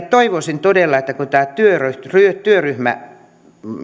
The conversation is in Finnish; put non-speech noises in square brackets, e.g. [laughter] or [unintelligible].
[unintelligible] toivoisin todella että kun tämä työryhmä työryhmä